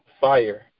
fire